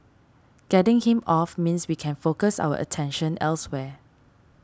getting him off means we can focus our attention elsewhere